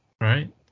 right